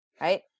right